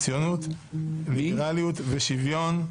ציונות, ליברליזם ושוויון.